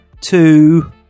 two